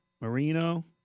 Marino